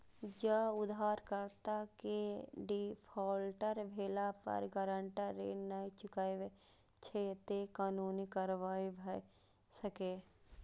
जौं उधारकर्ता के डिफॉल्टर भेला पर गारंटर ऋण नै चुकबै छै, ते कानूनी कार्रवाई भए सकैए